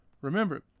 Remember